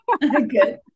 Good